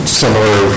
similar